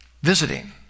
visiting